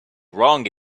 wrong